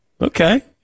Okay